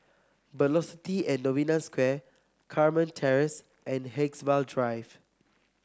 Velocity and Novena Square Carmen Terrace and Haigsville Drive